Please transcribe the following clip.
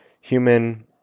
human